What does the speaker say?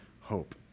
hope